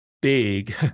big